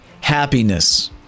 happiness